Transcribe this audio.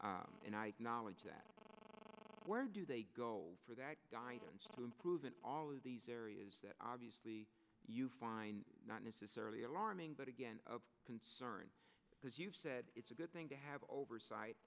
and i acknowledge that where do they go for that guidance to improve in all of these areas that obviously you find not necessarily alarming but again of concern because you've said it's a good thing to have oversight